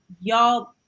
y'all